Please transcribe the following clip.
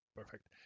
Perfect